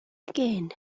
again